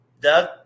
Doug